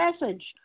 message